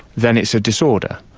then it's a disorder.